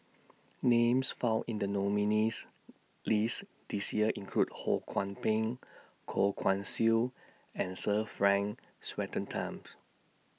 Names found in The nominees' list This Year include Ho Kwon Ping Goh Guan Siew and Sir Frank